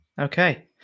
Okay